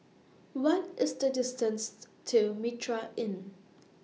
What IS The distance to Mitraa Inn